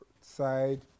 side